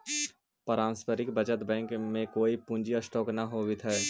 पारस्परिक बचत बैंक में कोई पूंजी स्टॉक न होवऽ हई